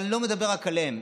אבל אני לא מדבר רק עליהם,